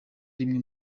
rimwe